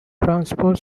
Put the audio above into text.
transport